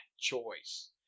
choice